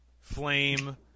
flame